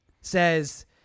says